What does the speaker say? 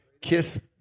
KISS